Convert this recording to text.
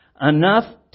enough